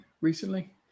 recently